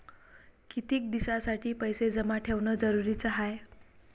कितीक दिसासाठी पैसे जमा ठेवणं जरुरीच हाय?